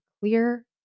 clear